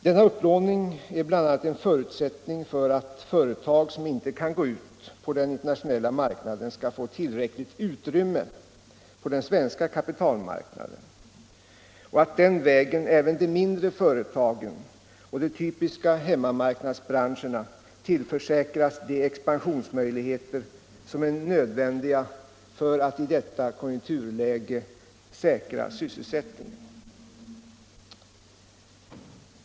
Denna upplåning är bl.a. en förutsättning för att företag som inte kan gå ut på den internationella marknaden skall få tillräckligt utrymme på den svenska kapitalmarknaden och att den vägen även de mindre företagen och de typiska hemmamarknadsbranscherna tillförsäkras de expansionsmöjligheter som är nödvändiga för att i detta konjunkturläge säkra sysselsättningen.